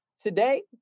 Today